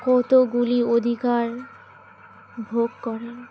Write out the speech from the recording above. কতগুলি অধিকার ভোগ করেন